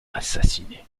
assassinée